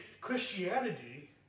Christianity